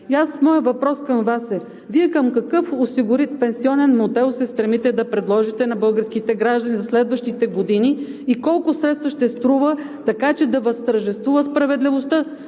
моят въпрос към Вас е: Вие какъв осигурителен пенсионен модел се стремите да предложите на българските граждани за следващите години и колко средства ще струва, така че да възтържествува справедливостта?